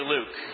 Luke